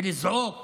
לזעוק